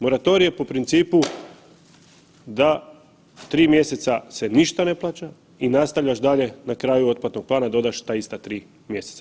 Moratorije po principu da 3 mjeseca se ništa ne plaća i nastavljaš dalje na kraju otplatnog plana dodaš ta ista 3 mjeseca.